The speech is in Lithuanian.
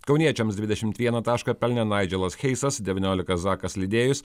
kauniečiams dvidešimt vieną tašką pelnė naidželas heisas devyniolika zakas lidėjus